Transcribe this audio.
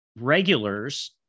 regulars